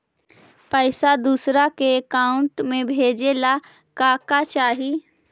पैसा दूसरा के अकाउंट में भेजे ला का का चाही?